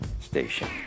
station